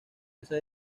esa